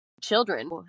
children